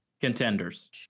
contenders